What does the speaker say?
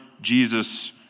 Jesus